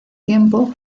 tiempo